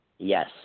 Yes